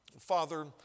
Father